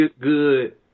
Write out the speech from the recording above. good